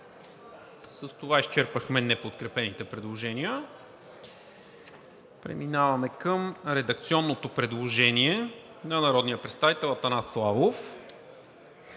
С това изчерпахме неподкрепените предложения. Преминаваме към редакционното предложение на народния представител Атанас Славов,